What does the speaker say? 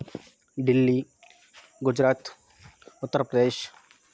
Delhi Gujarat Uttar Pradesh